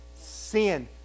sin